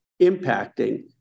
impacting